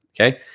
okay